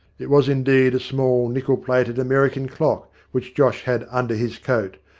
it was indeed a small nickel-plated american clock which josh had under his coat,